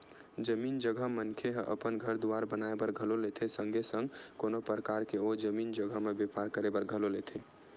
जमीन जघा मनखे ह अपन घर दुवार बनाए बर घलो लेथे संगे संग कोनो परकार के ओ जमीन जघा म बेपार करे बर घलो लेथे